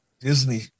Disney